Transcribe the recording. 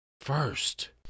first